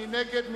מי נגד?